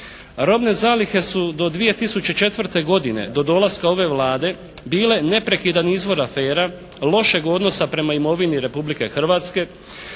Robne zalihe su do 2004. godine do dolaska ove Vlade bile neprekidan izvor afera, lošeg odnosa prema imovini Republike Hrvatske,